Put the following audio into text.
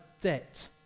debt